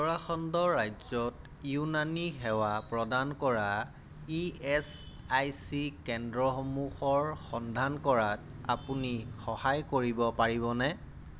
উত্তৰাখণ্ড ৰাজ্যত ইউনানী সেৱা প্ৰদান কৰা ই এচ আই চি কেন্দ্ৰসমূহৰ সন্ধান কৰাত আপুনি সহায় কৰিব পাৰিবনে